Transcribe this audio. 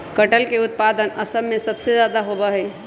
कटहल के उत्पादन असम में सबसे ज्यादा होबा हई